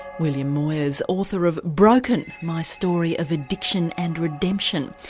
william moyers, author of broken my story of addiction and redemption.